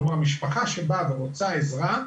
כלומר, משפחה שבאה ורוצה עזרה,